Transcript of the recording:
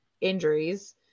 injuries